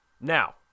now